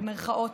במירכאות,